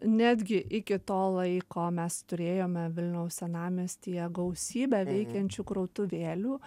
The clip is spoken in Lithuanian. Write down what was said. netgi iki to laiko mes turėjome vilniaus senamiestyje gausybę veikiančių krautuvėlių